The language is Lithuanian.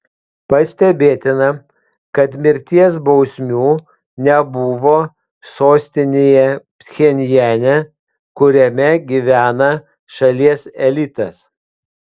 pastebėtina kad mirties bausmių nebuvo sostinėje pchenjane kuriame gyvena šalies elitas